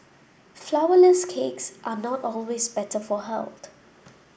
flourless cakes are not always better for health